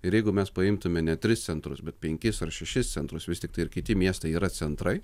ir jeigu mes paimtume ne tris centrus bet penkis ar šešis centrus vis tiktai ir kiti miestai yra centrai